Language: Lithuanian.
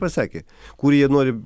pasakė kur jie nori